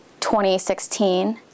2016